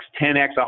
10x